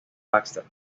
baxter